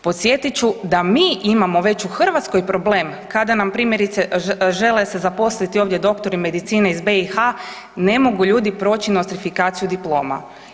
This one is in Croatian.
Podsjetit ću da mi imamo već u Hrvatskoj problem kada nam primjerice, žele se zaposliti ovdje doktori medicine iz BiH, ne mogu ljudi proći nostrifikaciju diploma.